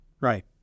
Right